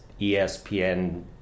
ESPN